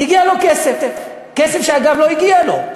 הגיע אליו כסף, כסף שאגב לא הגיע אליו.